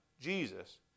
Jesus